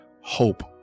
hope